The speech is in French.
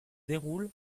déroule